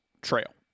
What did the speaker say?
trail